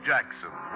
Jackson